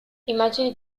immagini